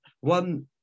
one